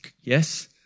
yes